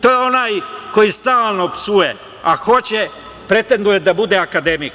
To je onaj koji stalno psuje a hoće, pretenduje, da bude akademik.